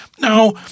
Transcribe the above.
Now